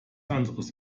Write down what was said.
anderes